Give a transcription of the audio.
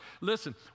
Listen